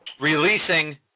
releasing